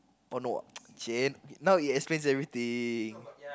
oh no !chey! now it explains everything